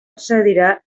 excedirà